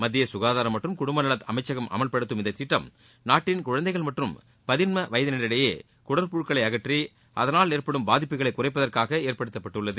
மத்திய சுகாதாரம் மற்றும் குடும்பநலத்துறை அமைச்சகம் அமல்படுத்தும் இந்த திட்டம் நாட்டின் குழந்தைகள் மற்றும் பதின்ம வயதினரிடையே குடற்புழுக்களை அகற்றி அதனால் ஏற்படும் பாதிப்புகளை குறைப்பதற்காக ஏற்படுத்தப்பட்டுள்ளது